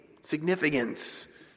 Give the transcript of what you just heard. significance